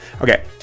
Okay